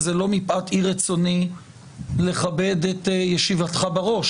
וזה לא מפאת אי-רצוני לכבד את ישיבתך בראש.